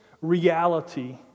reality